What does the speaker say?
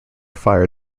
fire